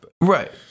right